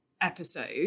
episode